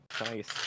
Nice